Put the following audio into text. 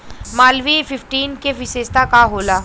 Malviya fifteen के विशेषता का होला?